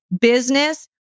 business